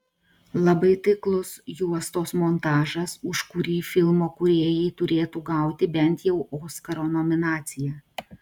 labai taiklus juostos montažas už kurį filmo kūrėjai turėtų gauti bent jau oskaro nominaciją